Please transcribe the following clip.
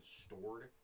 stored